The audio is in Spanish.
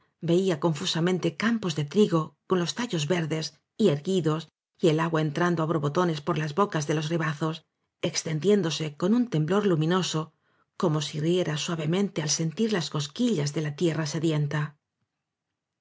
veía confusamente campos de trigo con los tallos verdes y erguidos y el agua entrando á borbotones por las bocas de los ribazos ex tendiéndose con un temblor luminoso como si riera suavemente al sentir las cosquillas de la tierra sedienta